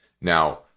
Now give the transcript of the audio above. Now